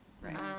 Right